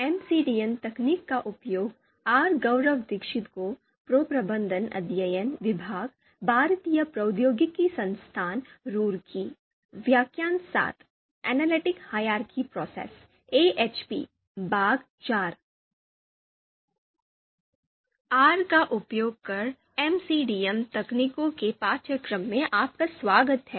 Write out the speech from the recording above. are का उपयोग कर MCDAम तकनीकों के पाठ्यक्रम में आपका स्वागत है